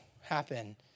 happen